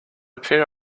appear